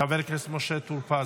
חבר הכנסת משה טור פז,